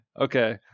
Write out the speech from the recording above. Okay